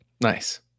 Nice